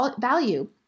value